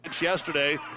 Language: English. Yesterday